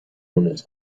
مونس